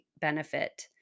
benefit